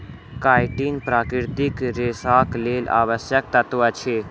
chitin प्राकृतिक रेशाक लेल आवश्यक तत्व अछि